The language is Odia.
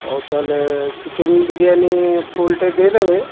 ହଉ ତାହେଲେ ଚିକେନ୍ ବିରିୟାନି ଫୁଲ୍ଟେ ଦେଇଦେବେ